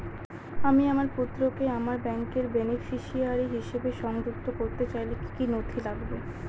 আমি আমার পুত্রকে আমার ব্যাংকের বেনিফিসিয়ারি হিসেবে সংযুক্ত করতে চাইলে কি কী নথি লাগবে?